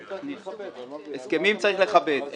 הסכמים צריך לכבד,